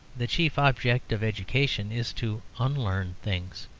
the chief object of education is to unlearn things.